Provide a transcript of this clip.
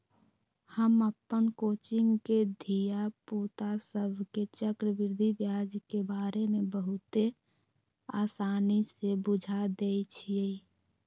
हम अप्पन कोचिंग के धिया पुता सभके चक्रवृद्धि ब्याज के बारे में बहुते आसानी से बुझा देइछियइ